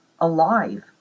alive